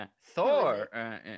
Thor